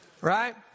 Right